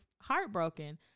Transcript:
heartbroken